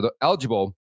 eligible